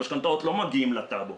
המשכנתאות לא מגיעות לטאבו,